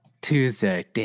Tuesday